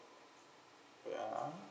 wait ah